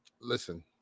Listen